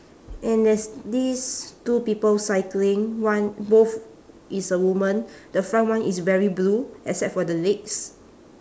and there's these two people cycling one both is a woman the front one is wearing blue except for the legs